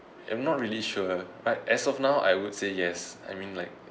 am not really sure but as of now I would say yes I mean like